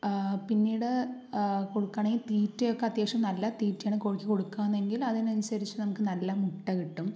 പിന്നീട് കൊടുക്കുകയാണെങ്കിൽ തീറ്റയൊക്കെ അത്യാവശ്യം നല്ല തീറ്റയാണ് കോഴിക്ക് കൊടുക്കുകയാണെങ്കിൽ അതിനനുസരിച്ചു നമുക്ക് നല്ല മുട്ടകിട്ടും